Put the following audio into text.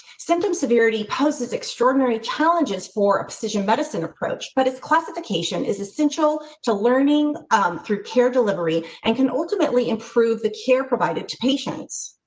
send them, severity poses extraordinary challenges for um decision medicine approach, but its classification is essential to learning through care delivery and can ultimately improve the care provided to patients.